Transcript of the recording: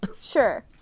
Sure